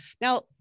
now